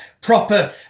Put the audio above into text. proper